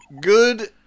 Good